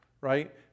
right